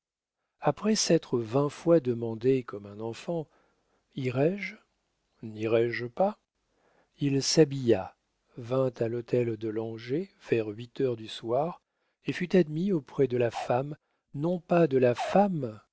après s'être vingt fois demandé comme un enfant irai-je nirai je pas il s'habilla vint à l'hôtel de langeais vers huit heures du soir et fut admis auprès de la femme non pas de la femme